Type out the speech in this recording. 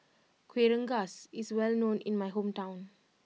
Kueh Rengas is well known in my hometown